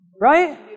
right